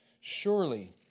Surely